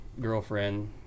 girlfriend